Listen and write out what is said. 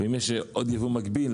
ואם יש עוד ייבוא מקביל,